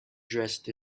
dressed